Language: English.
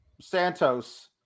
Santos